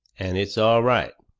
and it's all right,